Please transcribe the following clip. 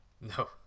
No